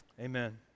Amen